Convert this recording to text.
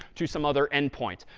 to some other endpoint.